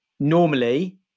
Normally